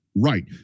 right